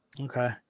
Okay